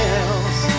else